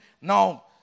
now